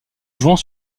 jouant